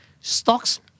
stocks